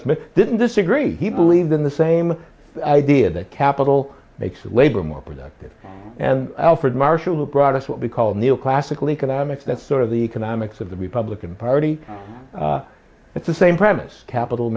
smith didn't disagree he believed in the same idea that capital makes labor more productive and alfred marshall who brought us what we call neoclassical economics that's sort of the economics of the republican party it's the same premise capital